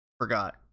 forgot